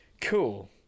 cool